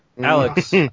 Alex